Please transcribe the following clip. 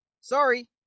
Sorry